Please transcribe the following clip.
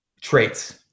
traits